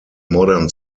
modern